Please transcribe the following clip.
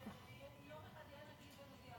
שיום אחד יהיה נגיד ונודיע לכם,